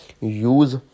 use